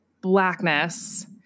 blackness